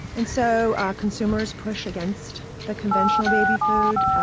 and so ah consumers push against the conventional baby food.